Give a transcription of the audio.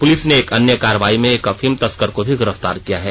police ने एक अन्य कार्रवाई में एक अफीम तस्कर को भी गिरफ्तार किया है